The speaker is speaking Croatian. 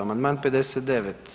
Amandman 59.